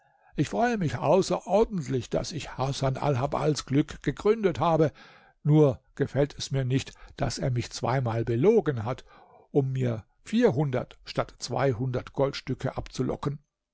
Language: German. ich freue mich außerordentlich daß ich hasan alhabbals glück gegründet habe nur gefällt es mir nicht daß er mich zweimal belogen hat um mir vierhundert statt zweihundert goldstücke abzulocken